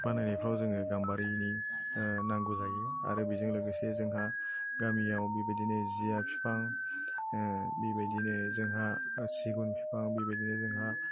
बानायनायफ्राव जोङो गाम्बारिनि नांगौ जायो आरो बेजों लोगोसे जोंहा गामियाव बेबायदि जिया फिफां बेबायदिनो जोंहा सिगुन फिफां बेबायदिनो जोंहा